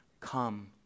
Come